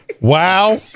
wow